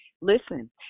listen